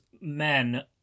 men